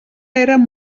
eren